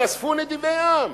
היאספו נדיבי העם.